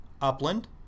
Upland